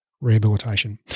Rehabilitation